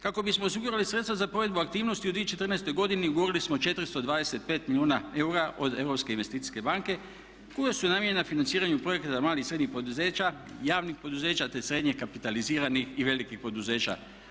Kako bismo osigurali sredstva za provedbu aktivnosti u 2014. godini ugovorili smo 425 milijuna eura od Europske investicijske banke koja su namijenjena financiranju projekata malih i srednjih poduzeća, javnih poduzeća, te srednje kapitaliziranih i velikih poduzeća.